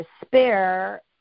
despair